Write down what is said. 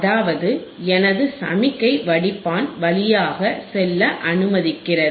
அதாவது எனது சமிக்ஞை வடிப்பான் வழியாக செல்ல அனுமதிக்கப்படுகிறது